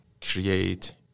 create